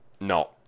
No